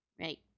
Right